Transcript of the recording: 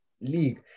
league